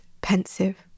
pensive